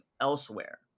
elsewhere